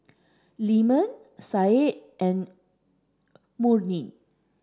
Leman Syed and Murni